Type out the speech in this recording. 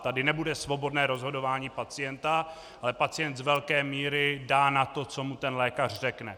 Tady nebude svobodné rozhodování pacienta, ale pacient z velké míry dá na to, co mu ten lékař řekne.